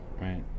right